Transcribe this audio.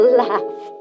laugh